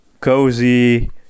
cozy